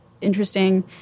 interesting